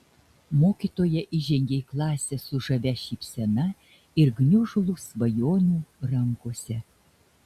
mokytoja įžengė į klasę su žavia šypsena ir gniužulu svajonių rankose